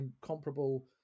comparable